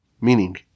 Meaning